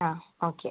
ആ ഓക്കെ